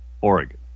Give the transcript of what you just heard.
Oregon